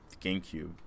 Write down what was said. GameCube